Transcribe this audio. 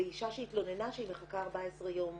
זה אישה שהתלוננה שהיא מחכה 14 יום